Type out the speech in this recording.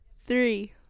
Three